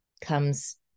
comes